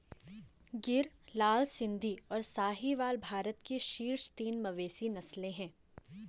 गिर, लाल सिंधी, और साहीवाल भारत की शीर्ष तीन मवेशी नस्लें हैं